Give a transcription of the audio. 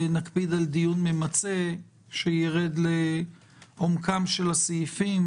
נקפיד על דיון ממצה שירד לעומקם של הסעיפים.